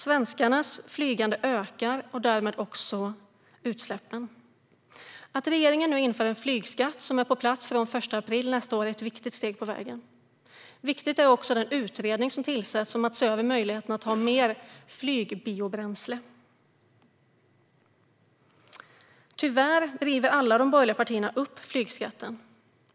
Svenskarnas flygande ökar och därmed också utsläppen. Att regeringen nu inför en flygskatt, som är på plats från den 1 april nästa år, är ett viktigt steg på vägen. Viktig är också den utredning som tillsätts om att se över möjligheterna att ha mer flygbiobränsle. Tyvärr vill alla de borgerliga partierna riva upp flygskatten.